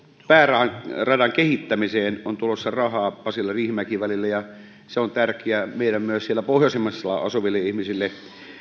pääradan kehittämiseen on tulossa rahaa pasila riihimäki välille ja se on tärkeää meille myös siellä pohjoisemmassa asuville ihmisille